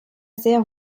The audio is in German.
sehr